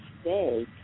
stay